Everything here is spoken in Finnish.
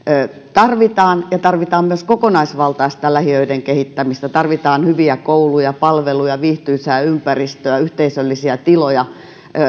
tarvitaan ja tarvitaan myös kokonaisvaltaista lähiöiden kehittämistä tarvitaan hyviä kouluja palveluja viihtyisää ympäristöä yhteisöllisiä tiloja